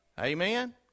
amen